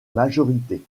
majorité